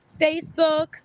Facebook